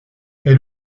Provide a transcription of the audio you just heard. est